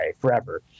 forever